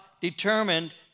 determined